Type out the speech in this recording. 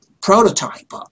prototype